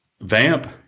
Vamp